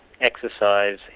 exercise